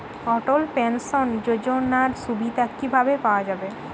অটল pension যোজনার সুবিধা কি ভাবে পাওয়া যাবে?